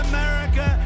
America